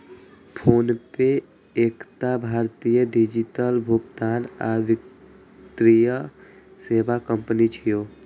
PhonePe एकटा भारतीय digital भुगतान आ वित्तीय सेवा कंपनी छियै